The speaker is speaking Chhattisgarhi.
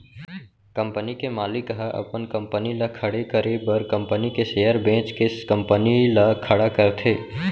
कंपनी के मालिक ह अपन कंपनी ल खड़े करे बर कंपनी के सेयर बेंच के कंपनी ल खड़ा करथे